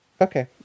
Okay